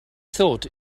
thought